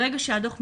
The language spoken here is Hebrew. ברגע שהדוח יסתיים,